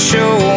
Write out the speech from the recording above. Show